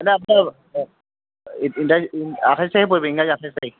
মানে আপোনাৰ আঠাইছ তাৰিখে পৰিব ইংৰাজী আঠাইছ তাৰিখ